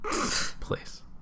please